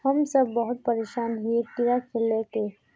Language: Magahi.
हम सब बहुत परेशान हिये कीड़ा के ले के?